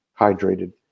hydrated